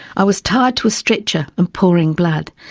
i was tied to a stretcher and pouring blood.